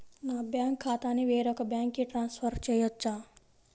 నా బ్యాంక్ ఖాతాని వేరొక బ్యాంక్కి ట్రాన్స్ఫర్ చేయొచ్చా?